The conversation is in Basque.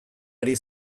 ari